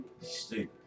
Stupid